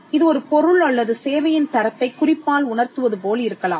இது ஒரு பொருள் அல்லது சேவையின் தரத்தைக் குறிப்பால் உணர்த்துவது போல் இருக்கலாம்